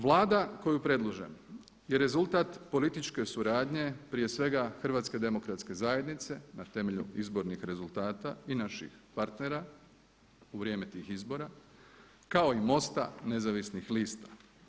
Vlada koju predlažem je rezultat političke suradnje, prije svega Hrvatske demokratske zajednice na temelju izbornih rezultata i naših partnera u vrijeme tih izbora kao i MOST-a Nezavisnih lista.